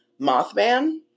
Mothman